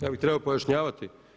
Ja bih trebao pojašnjavati?